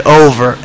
over